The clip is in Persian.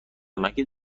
مگه